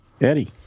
Eddie